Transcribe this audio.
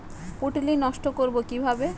পুত্তলি নষ্ট করব কিভাবে?